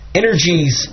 energies